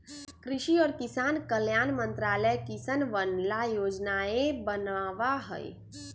कृषि और किसान कल्याण मंत्रालय किसनवन ला योजनाएं बनावा हई